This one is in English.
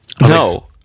No